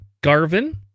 Garvin